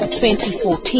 2014